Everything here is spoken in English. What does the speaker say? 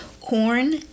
corn